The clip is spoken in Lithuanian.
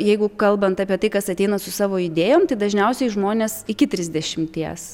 jeigu kalbant apie tai kas ateina su savo idėjom tai dažniausiai žmonės iki trisdešimties